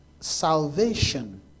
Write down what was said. salvation